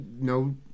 no